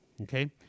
okay